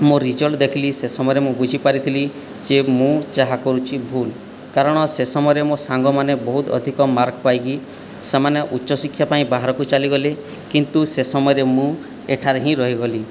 ମୋ' ରେଜଲ୍ଟ ଦେଖିଲି ସେ ସମୟରେ ମୁଁ ବୁଝିପାରିଥିଲି ଯେ ମୁଁ ଯାହା କରୁଛି ଭୁଲ୍ କାରଣ ସେ ସମୟରେ ମୋ' ସାଙ୍ଗମାନେ ବହୁତ ଅଧିକ ମାର୍କ ପାଇକି ସେମାନେ ଉଚ୍ଚ ଶିକ୍ଷା ପାଇଁ ବାହାରକୁ ଚାଲିଗଲେ କିନ୍ତୁ ସେ ସମୟରେ ମୁଁ ଏଠାରେ ହିଁ ରହିଗଲି